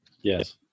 Yes